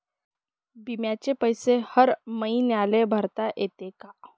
बिम्याचे पैसे हर मईन्याले भरता येते का?